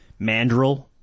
mandrel